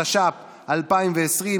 התש"ף 2020,